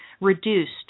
reduced